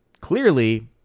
clearly